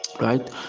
right